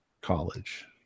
college